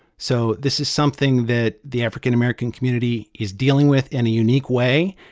so this is something that the african american community is dealing with in a unique way,